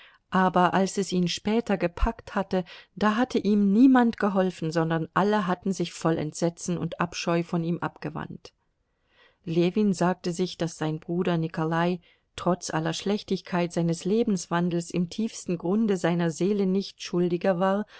aber als es ihn später gepackt hatte da hatte ihm niemand geholfen sondern alle hatten sich voll entsetzen und abscheu von ihm abgewandt ljewin sagte sich daß sein bruder nikolai trotz aller schlechtigkeit seines lebenswandels im tiefsten grunde seiner seele nicht schuldiger war